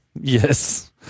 yes